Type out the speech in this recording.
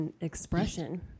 expression